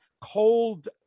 cold